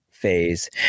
phase